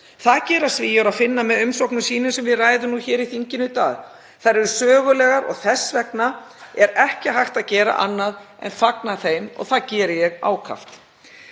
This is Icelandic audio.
Það gera Svíar og Finnar með umsóknum sínum sem við ræðum nú hér í þinginu í dag. Þær eru sögulegar og þess vegna er ekki hægt að gera annað en fagna þeim og það geri ég ákaft.